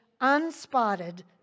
unspotted